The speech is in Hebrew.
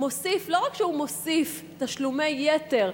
לא רק שהוא מוסיף תשלומי יתר,